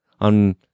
on